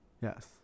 Yes